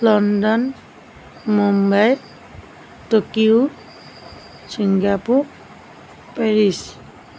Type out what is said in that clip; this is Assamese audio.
London Mumbai Tokyo Singapore Paris